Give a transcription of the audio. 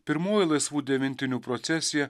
pirmoji laisvų devintinių procesija